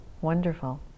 wonderful